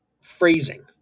phrasing